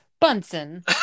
Bunsen